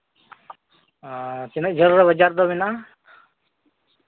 ᱟᱨ ᱛᱤᱱᱟᱹᱜ ᱡᱷᱟᱹᱞ ᱨᱮ ᱵᱟᱡᱟᱨ ᱫᱚ ᱢᱮᱱᱟᱜᱼᱟ